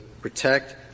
protect